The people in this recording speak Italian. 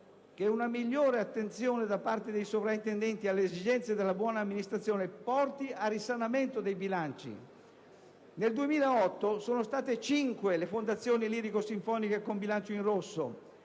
che una migliore attenzione da parte dei sovrintendenti alle esigenze della buona amministrazione porti al risanamento dei bilanci. Nel 2008 sono state cinque le fondazioni lirico-sinfoniche con bilancio in rosso: